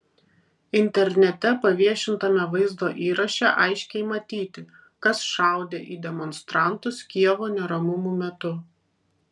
internete paviešintame vaizdo įraše aiškiai matyti kas šaudė į demonstrantus kijevo neramumų metu